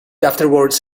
afterward